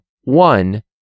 one